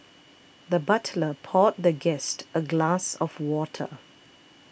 the butler poured the guest a glass of water